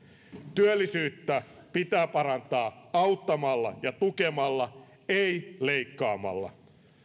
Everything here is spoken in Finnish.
työllisyyttä pitää parantaa auttamalla ja tukemalla ei leikkaamalla